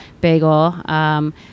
bagel